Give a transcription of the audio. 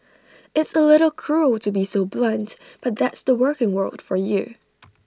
it's A little cruel to be so blunt but that's the working world for you